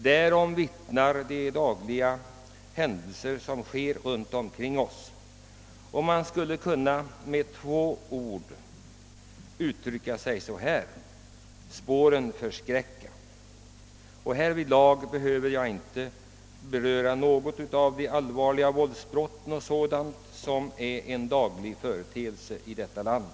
Därom vittnar de dagliga händelserna runt omkring oss. Man skulle kunna uttrycka situationen i två ord: »Spåren förskräcka!» Jag behöver inte närmare orda om de allvarliga våldsbrott o.s.v. som är en ständig företeelse i vårt land.